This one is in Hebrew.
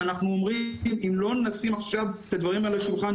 ואנחנו אומרים אם לא נשים עכשיו את הדברים על השולחן,